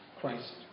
Christ